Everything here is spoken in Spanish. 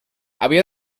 había